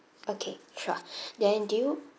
okay sure then do you